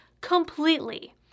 completely